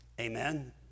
Amen